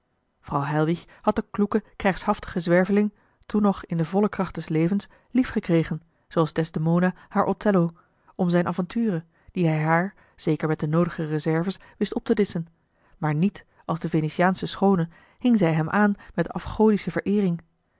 heilwich had den kloeken krijgshaftigen zwerveling toen nog in de volle kracht des levens liefgekregen zooals desdemona haar othello om zijne avonturen die hij haar zeker met de noodige reserves wist op te disschen maar niet als de venetiaansche schoone hing zij hem aan met afgodische vereering